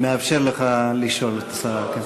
אני מאפשר לך לשאול את השרה.